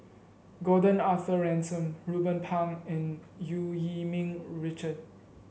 Gordon Arthur Ransome Ruben Pang and Eu Yee Ming Richard